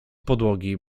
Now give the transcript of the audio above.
podłogi